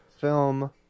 film